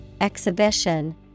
exhibition